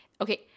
Okay